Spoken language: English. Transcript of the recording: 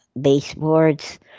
baseboards